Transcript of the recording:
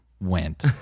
went